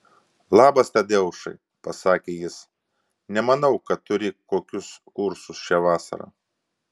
labas tadeušai pasakė jis nemanau kad turi kokius kursus šią vasarą